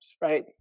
right